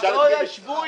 אז נצביע רוב נגד אחד.